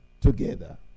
together